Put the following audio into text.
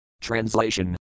Translation